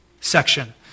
section